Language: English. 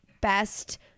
best